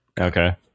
okay